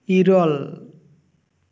ᱤᱨᱟᱹᱞ